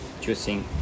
choosing